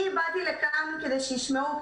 אני באתי לכאן כדי שישמעו,